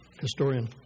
historian